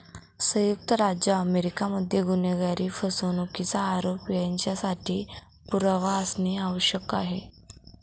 संयुक्त राज्य अमेरिका मध्ये गुन्हेगारी, फसवणुकीचा आरोप यांच्यासाठी पुरावा असणे आवश्यक आहे